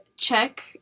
check